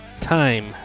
Time